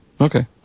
Okay